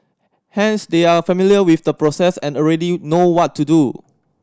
hence they are familiar with the process and already know what to do